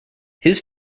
his